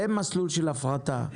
במסלול של הפרטה,